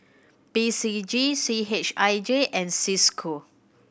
P C G C H I J and Cisco